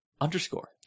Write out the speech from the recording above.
Underscore